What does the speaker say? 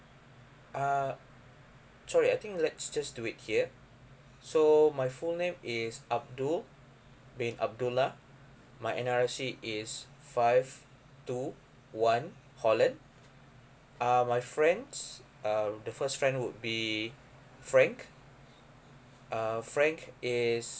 uh sorry I think let's just do it here so my full name is abdul bin abdulluh my N_R_I_C is five two one holland uh my friends uh the first friend would be frank uh frank is